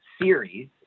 Series